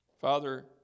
Father